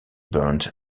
burned